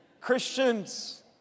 Christians